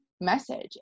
message